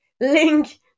link